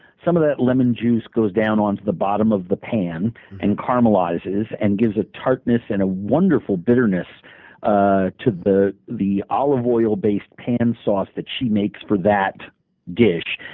some of that lemon juice goes down onto the bottom of the pan and caramelizes and gives a tartness and a wonderful bitterness ah to the the olive-oil-based pan sauce that she makes for that dish.